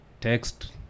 text